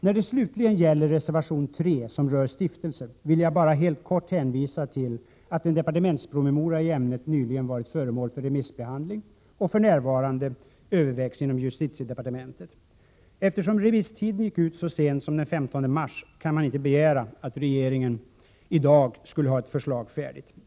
När det slutligen gäller reservation 3, som rör stiftelse, vill jag bara helt kort hänvisa till att en departementspromemoria i ämnet nyligen varit föremål för remissbehandling och för närvarande övervägs inom justitiedepartementet. Eftersom remisstiden gick ut så sent som den 15 mars kan man inte begära att regeringen i dag skall ha ett förslag färdigt.